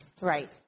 Right